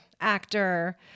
actor